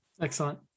Excellent